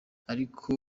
ariko